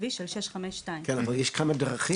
הכביש של 652. כן אבל יש כמה דרכים.